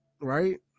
right